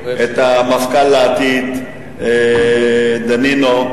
את המפכ"ל לעתיד יוחנן דנינו,